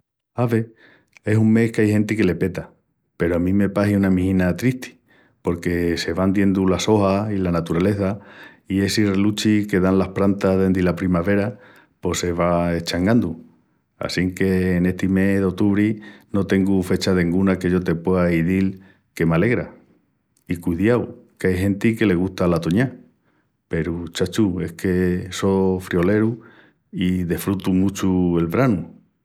Ave, es un mes qu'ai genti que le peta peru a mi me pahi una mijina tristi porque se ya van diendu las ojas i la naturaleza i essi reluchi que dan las prantas dendi la primavera pos se va eschangandu. Assinque en esti mes d'otubri no tengu fecha denguna que yo te puea izil que m'alegra. I cudiau qu'ai genti que le gusta la toñá! Peru, chacho, yo es que só friolentu i desfrutu muchu del branu!